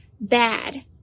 bad